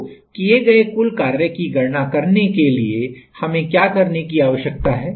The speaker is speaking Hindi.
तो किए गए कुल कार्य की गणना करने के लिए हमें क्या करने की आवश्यकता है